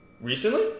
Recently